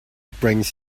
brings